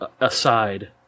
aside